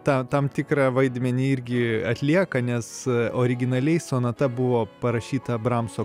tą tam tikrą vaidmenį irgi atlieka nes originaliai sonata buvo parašyta bramso